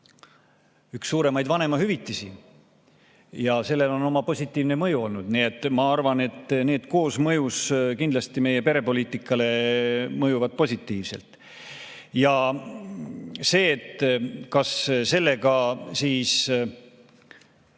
Üks suuremaid vanemahüvitisi. Ja sellel on oma positiivne mõju olnud, nii et ma arvan, et need koosmõjus kindlasti meie perepoliitikale mõjuvad positiivselt. Ja see, et sellega vanemad